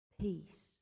peace